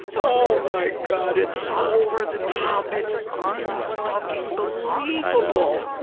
oh my god, it's so over the top! it's un-fucking-believable!